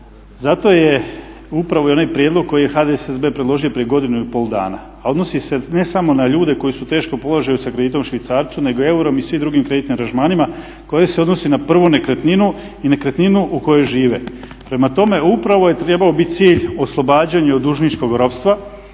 zato je upravo i onaj prijedlog koji je HDSSB predložio prije godinu i pol dana, a odnosi se ne samo na ljude koji su u teškom položaju ne samo sa kreditom u švicarcu nego i eurom i svim drugim kreditnim aranžmanima koje se odnosi na prvu nekretninu i nekretninu u kojoj žive. Prema tome, upravo je trebao biti cilj oslobađanje od dužničkog ropstva.